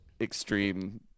extreme